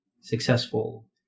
successful